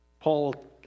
Paul